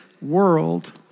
world